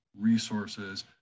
resources